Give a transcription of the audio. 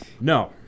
No